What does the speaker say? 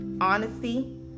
honesty